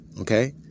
okay